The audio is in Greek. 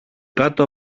κάτω